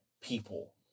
people